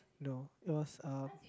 no it was uh